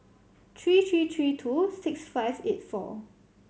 three three three two six five eight four